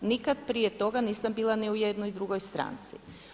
Nikad prije toga nisam bila ni u jednoj drugoj stranci.